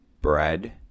bread